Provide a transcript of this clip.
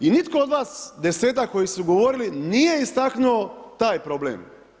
I nitko od vas desetak koji su govorili nije istaknuo taj problem.